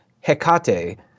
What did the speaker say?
Hecate